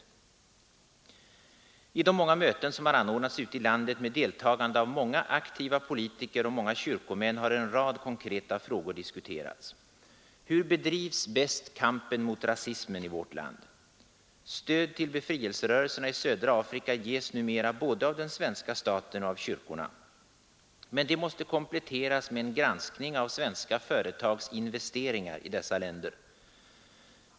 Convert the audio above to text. I de många möten som har anordnats ute i landet med deltagande av många aktiva politiker och många kyrkomän har en rad konkreta frågor diskuterats. Hur bedrivs bäst kampen mot rasismen i vårt land? Stöd till befrielserörelserna i södra Afrika ges numera av både den svenska staten och av kyrkorna. Men det måste kompletteras med en granskning av svenska företags investeringar i dessa länder.